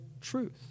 truth